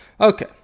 Okay